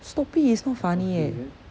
stop it it's not funny eh